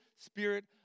spirit